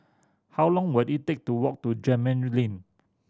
how long will it take to walk to Gemmill Lane